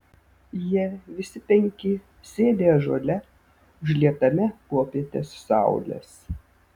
jie visi penki sėdi ąžuole užlietame popietės saulės